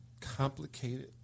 complicated